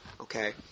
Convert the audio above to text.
Okay